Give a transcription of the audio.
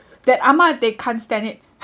that ah ma they can't stand it